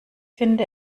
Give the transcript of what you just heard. finde